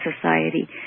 society